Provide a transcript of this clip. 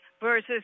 versus